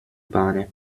pane